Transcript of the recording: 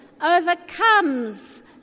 Overcomes